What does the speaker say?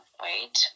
wait